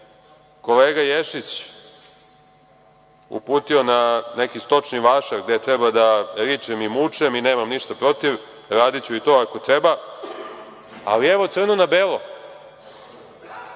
kolega Ješić uputio na neki stočni vašar gde treba da ričem i mučem i nemam ništa protiv, radiću i to ako treba, ali evo, crno na belo.